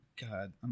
god